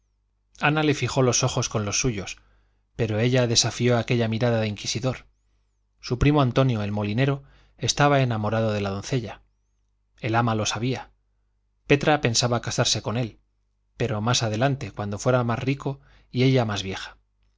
ana le fijó los ojos con los suyos pero ella desafió aquella mirada de inquisidor su primo antonio el molinero estaba enamorado de la doncella el ama lo sabía petra pensaba casarse con él pero más adelante cuando fuera más rico y ella más vieja